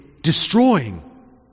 destroying